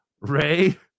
Ray